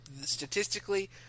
statistically